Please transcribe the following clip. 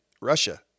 Russia